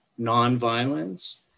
nonviolence